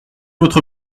votre